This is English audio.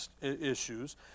issues